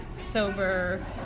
sober